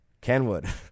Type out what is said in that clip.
Kenwood